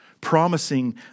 promising